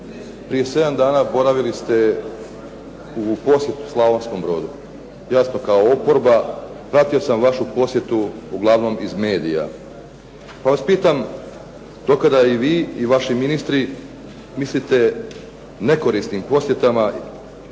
Prije sedam dana boravili ste u posjetu Slavonskom Brodu. Jasno kao oporba pratio sam vašu posjetu uglavnom iz medija. Pa vas pitam do kada i vi i vaši ministri mislite nekorisnim posjetama,